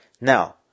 Now